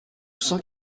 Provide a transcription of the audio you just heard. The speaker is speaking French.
cent